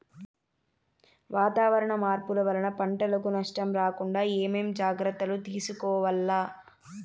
వాతావరణ మార్పులు వలన పంటలకు నష్టం రాకుండా ఏమేం జాగ్రత్తలు తీసుకోవల్ల?